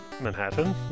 Manhattan